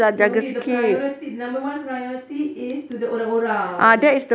sorry the priority number one priority is to the orang-orang